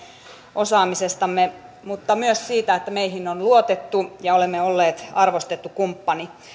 osaamisestamme mutta myös siitä että meihin on luotettu ja olemme olleet arvostettu kumppani